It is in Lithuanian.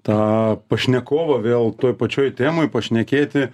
tą pašnekovą vėl toj pačioj temoj pašnekėti